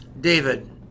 david